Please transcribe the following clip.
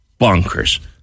bonkers